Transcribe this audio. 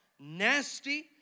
nasty